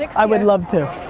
i would love to.